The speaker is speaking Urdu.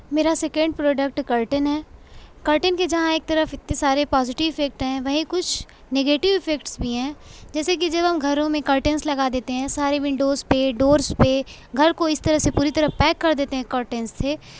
میرا سیکنڈ پروڈکٹ کرٹین ہے کرٹین کے جہاں ایک طرف اتنے سارے پوزٹیو ایفیکٹ ہیں وہیں کچھ نیگیٹیو ایفکیٹس بھی ہیں جیسے کہ جب ہم گھروں میں کرٹینس لگا دیتے ہیں سارے وینڈوز پہ ڈورس پہ گھر کو اس طرح سے پوری طرح پیک کر دیتے ہیں کرٹین سے